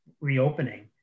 reopening